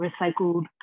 recycled